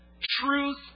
truth